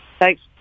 Thanks